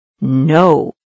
No